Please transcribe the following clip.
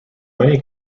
many